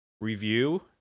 review